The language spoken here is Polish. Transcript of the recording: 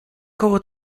koło